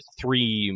three